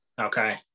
Okay